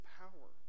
power